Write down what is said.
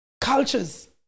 Cultures